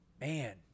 Man